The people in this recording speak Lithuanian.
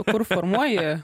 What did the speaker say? kur formuoji